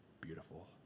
beautiful